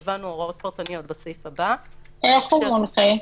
קבענו הוראות פרטניות בסעיף הבא --- איך הוא מונחה?